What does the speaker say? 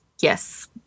Yes